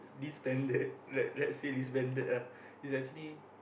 disbanded let let's say disbanded ah it's actually